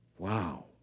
Wow